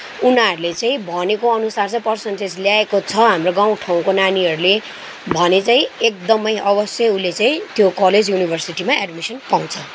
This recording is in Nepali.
उनीहरूले चाहिँ भनेको अनुसार चाहिँ पर्सेन्टेज ल्याएको छ हाम्रो गाउँठाउँको नानीहरूले भने चाहिँ एकदमै अवश्य उसले चाहिँ त्यो कलेज युनिभर्सिटीमा एडमिसन पाउँछ